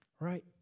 Right